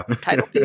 title